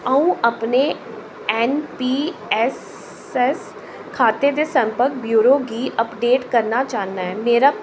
अं'ऊ अपने N P S S खाते दे संपर्क ब्योरो गी अपडेट करना चाह्न्नां ऐ मेरा